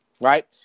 right